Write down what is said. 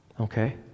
Okay